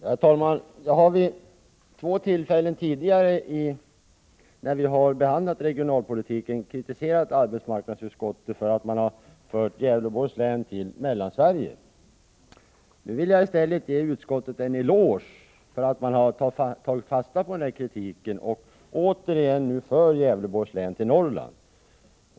Herr talman! Jag har vid två tidigare tillfällen när vi har behandlat regionalpolitiken kritiserat arbetsmarknadsutskottet för att man har fört Gävleborgs län till Mellansverige. Nu vill jag i stället ge utskottet en eloge för att utskottet har tagit fasta på den kritiken och återfört Gävleborgs län till Norrland.